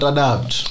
Adapt